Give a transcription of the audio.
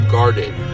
Guarded